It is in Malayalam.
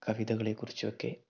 കവിതകളെ കുറിച്ചും ഒക്കെ